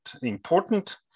important